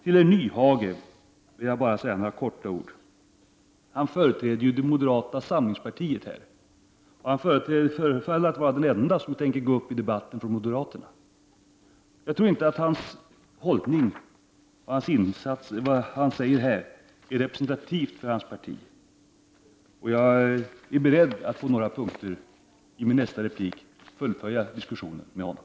Till herr Nyhage vill jag bara säga några få ord. Hans Nyhage företräder ju här det moderata samlingspartiet, och han förefaller vara den ende från moderaterna som tänker gå upp i denna debatt. Jag tror inte att det han säger här är representativt för hans parti, och jag är beredd att på några punkter i mitt nästa inlägg fullfölja diskussionen med honom.